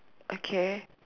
okay